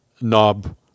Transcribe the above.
knob